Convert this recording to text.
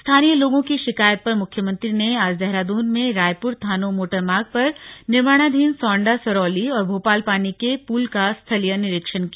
स्थानीय लोगो की शिकायत पर मुख्यमंत्री ने आज देहरादून में रायपुर थानो मोटर मार्ग पर निर्माणाधीन सौंडा सरौली और भोपालपानी के पूल का स्थलीय निरीक्षण किया